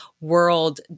world